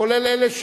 כולל אלה,